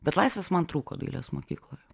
bet laisvės man trūko dailės mokykloje